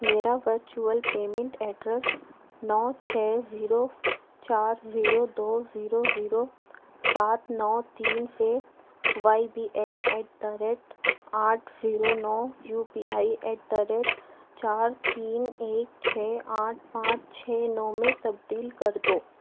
میرا virtual payment address نو چھ زیرو چار زیرو دو زیرو زیرو سات نو تین سے Y B L at the rate آٹھ زیرو نو U P I at the rate چار تین ایک چھ آٹھ پانچ چھ نو میں تبدیل کر دو